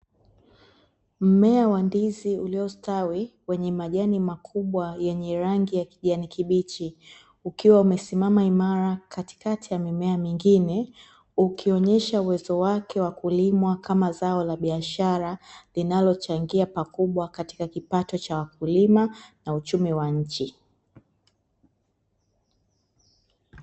Mmea wa ndizi uliostawi wenye majani makubwa yenye rangi ya kijani kibichi, ukiwa umesimama imara katikati ya mimea mingine, ukionyesha uwezo wake wa kulimwa kama zao la biashara linalochangia pakubwa katika kipato cha wakulima na uchumi wa nchi.